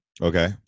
Okay